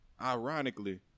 ironically